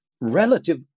relative